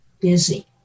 busy